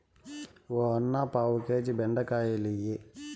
ఓ అన్నా, పావు కేజీ బెండకాయలియ్యి